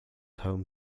home